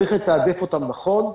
צריך לתעדף אותן נכון,